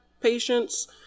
patient's